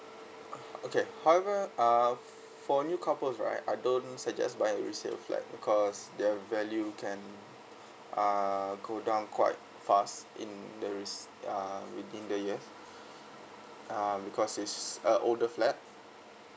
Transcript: oh okay however uh for new couples right I don't suggest buying resale flat because their value can uh go down quite fast in the re~ uh within the years um because it's uh older flat